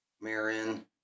Marin